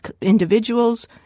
individuals